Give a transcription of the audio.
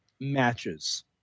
matches